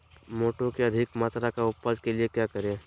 गोटो की अधिक मात्रा में उपज के लिए क्या करें?